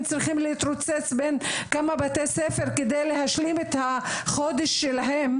צריכים להתרוצץ בין כמה בתי ספר כדי להשלים את החודש שלהם,